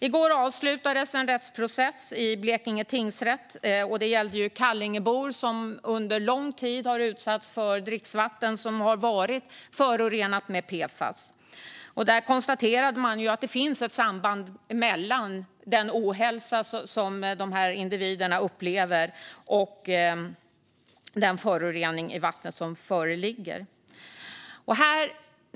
I går avslutades en rättsprocess i Blekinge tingsrätt. Det gällde Kallingebor som under lång tid har utsatts för dricksvatten som har varit förorenat med PFAS. Där konstaterade man att det finns ett samband mellan den ohälsa som dessa individer upplever och den förorening i vattnet som föreligger.